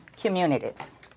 communities